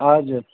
हजुर